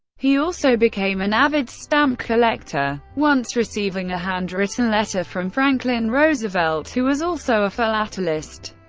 he also became an avid stamp collector, once receiving a handwritten letter from franklin roosevelt, who was also a philatelist.